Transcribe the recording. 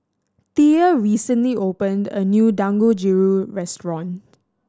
Thea recently opened a new Dangojiru restaurant